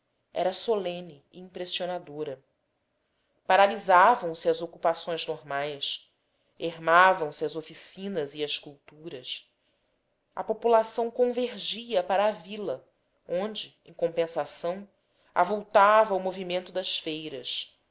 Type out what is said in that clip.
era solene e impressionadora paralisavam se as ocupações normais ermavam se as oficinas e as culturas a população convergia para a vila onde em compensação avultava o movimento das feiras